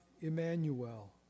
Emmanuel